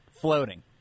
floating